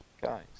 guys